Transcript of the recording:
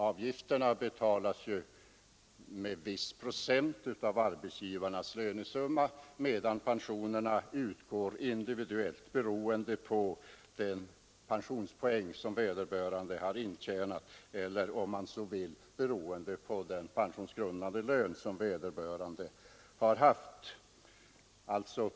Avgifterna betalas ju med viss procent av arbetsgivarnas lönesumma, medan pensionerna utgår individuellt beroende på den pensionspoäng som vederbörande har intjänat, eller om man så vill beroende på den pensionsgrundande lön som vederbörande har haft.